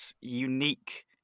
unique